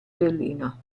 berlino